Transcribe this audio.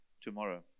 tomorrow